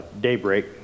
daybreak